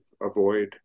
avoid